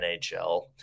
NHL